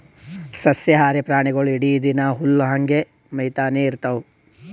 ಸಸ್ಯಾಹಾರಿ ಪ್ರಾಣಿಗೊಳ್ ಇಡೀ ದಿನಾ ಹುಲ್ಲ್ ಹಂಗೆ ಮೇಯ್ತಾನೆ ಇರ್ತವ್